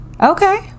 Okay